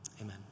Amen